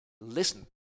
listen